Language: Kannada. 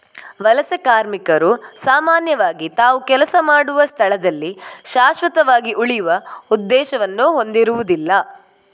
ವಲಸೆ ಕಾರ್ಮಿಕರು ಸಾಮಾನ್ಯವಾಗಿ ತಾವು ಕೆಲಸ ಮಾಡುವ ಸ್ಥಳದಲ್ಲಿ ಶಾಶ್ವತವಾಗಿ ಉಳಿಯುವ ಉದ್ದೇಶವನ್ನು ಹೊಂದಿರುದಿಲ್ಲ